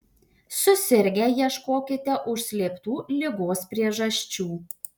susirgę ieškokite užslėptų ligos priežasčių